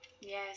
Yes